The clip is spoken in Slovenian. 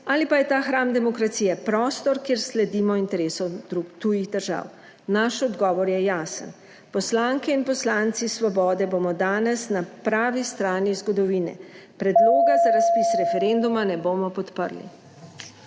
ali pa je ta hram demokracije prostor, kjer sledimo interesom tujih držav. Naš odgovor je jasen, poslanke in poslanci Svobode bomo danes na pravi strani zgodovine. Predloga za razpis referenduma ne bomo podprli.